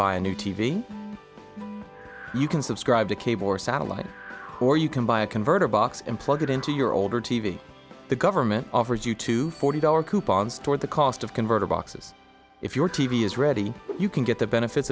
buy a new t v you can subscribe to cable or satellite or you can buy a converter box and plug it into your older t v the government offers you two forty dollar coupons toward the cost of converter boxes if your t v is ready you can get the benefits